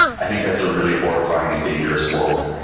i think that's a really horrifying and dangerous world,